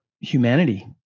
humanity